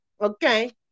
okay